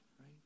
right